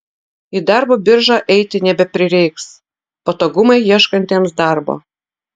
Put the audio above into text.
į darbo biržą eiti nebeprireiks patogumai ieškantiems darbo